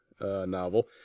novel